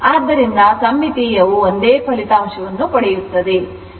ಆದ್ದರಿಂದ ಸಮ್ಮಿತೀಯವು ಒಂದೇ ಫಲಿತಾಂಶವನ್ನು ಪಡೆಯುತ್ತದೆ